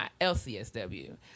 LCSW